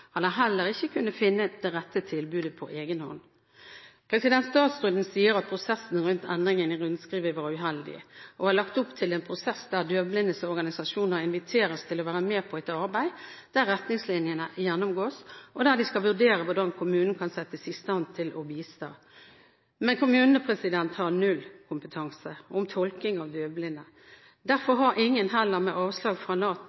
har heller ikke kunnet finne det rette tilbudet på egen hånd. Statsråden sier at prosessen rundt endringen i rundskrivet var uheldig, og har lagt opp til en prosess der døvblindes organisasjoner inviteres til å være med på et arbeid der retningslinjene gjennomgås, og der de skal vurdere hvordan kommunene kan settes i stand til å bistå. Men kommunene har null kompetanse om tolking av døvblinde. Derfor har heller ingen med avslag fra